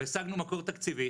והשגנו מקור תקציבי